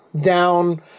down